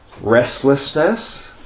restlessness